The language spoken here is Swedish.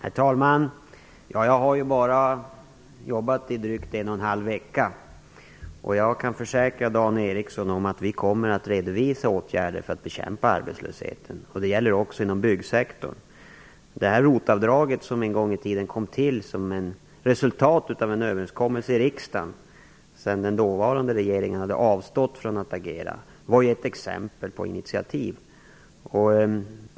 Herr talman! Jag har bara jobbat i drygt 1,5 veckor. Jag kan försäkra Dan Ericsson om att regeringen kommer att redovisa åtgärder för att bekämpa arbetslösheten - det gäller även inom byggsektorn. ROT-avdraget som en gång i tiden kom till som ett resultat av en överenskommelse i riksdagen - efter det att den dåvarande regeringen avstått från att agera - var ett exempel på initiativ.